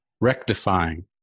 rectifying